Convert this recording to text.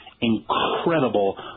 incredible